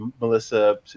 Melissa